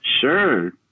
Sure